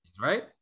Right